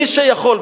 מי שיכול,